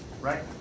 right